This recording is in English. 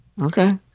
Okay